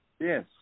Yes